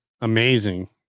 amazing